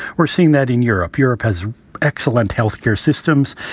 we're seeing that in europe. europe has excellent health care systems.